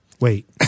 wait